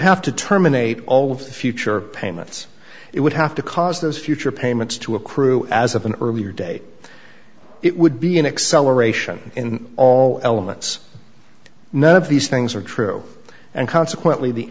have to terminate all of the future payments it would have to cause those future payments to accrue as of an earlier day it would be an acceleration in all elements none of these things are true and consequently the